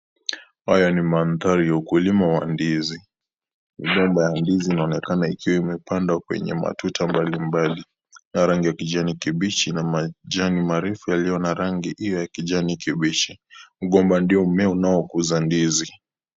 Haya ni mandari ya ukulima wa ndizi migomba ya ndizi inaonekana ikiwa imepandwa kwenye matuta mbalimbali na rangi ya kijani kibichi na machani marefu yaliyo na rangi ya kijani kibichi, mgomba ndio mmea unaokoza ndizi.